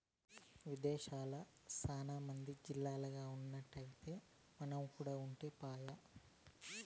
విదేశాల్ల సాన మంది గాజిల్లల్ల ఉన్నట్టే మనం కూడా ఉంటే పాయె